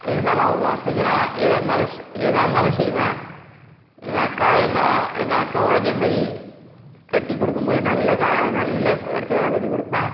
இருந்தாலும் அவங்க ஆசைக்கு நான் எதாக இருந்தாலும் எதாக இருந்தாலும் செய்வேன் எங்கள் அக்கா எங்கள் அக்காவும் அதே மாதிரி கட்டி கொடுக்கும் போது நல்ல நல்ல இடத்தில் தான் கட்டி கொடுப்பேன்